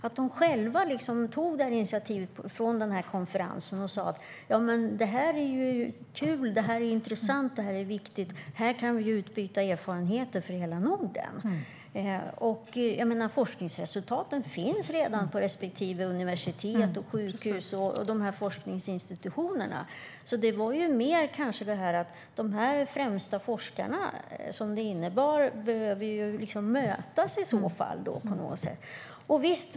De tog själva detta initiativ efter denna konferens och sa att de tyckte att detta var kul, intressant och viktigt och att de skulle kunna utbyta erfarenheter från hela Norden. Forskningsresultaten finns redan på respektive universitet, sjukhus och forskningsinstitutioner. Det handlade mer om att dessa främsta forskare behöver mötas på något sätt.